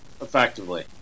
effectively